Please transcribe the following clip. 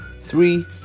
three